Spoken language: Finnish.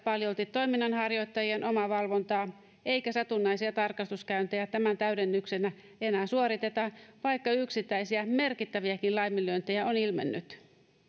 paljolti toiminnanharjoittajien omavalvontaa eikä satunnaisia tarkastuskäyntejä tämän täydennyksenä enää suoriteta vaikka yksittäisiä merkittäviäkin laiminlyöntejä on ilmennyt